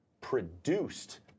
produced